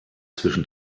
zwischen